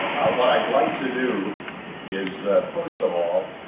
what i'd like to do is, first of all,